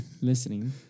listening